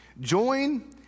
join